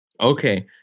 Okay